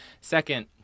Second